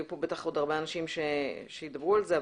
יהיו פה בטח עוד הרבה אנשים שידברו על זה.